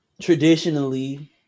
traditionally